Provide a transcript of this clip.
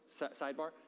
sidebar